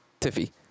tiffy